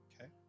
okay